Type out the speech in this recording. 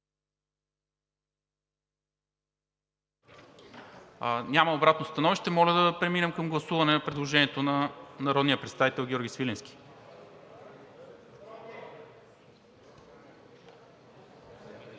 Няма обратно становище. Моля да преминем към гласуване на предложението на народния представител Георги Свиленски.